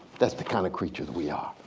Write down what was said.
that's the kind of creature that we are.